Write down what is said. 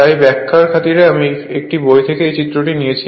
তাই ব্যাখ্যার খাতিরে আমি একটি বই থেকে এই চিত্রটি নিয়েছি